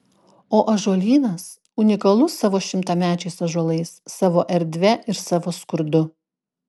o ąžuolynas unikalus savo šimtamečiais ąžuolais savo erdve ir savo skurdu